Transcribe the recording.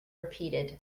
repeated